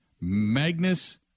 Magnus